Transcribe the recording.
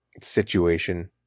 situation